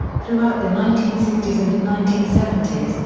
throughout the nineteen sixty s and nineteen seventy s,